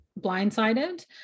blindsided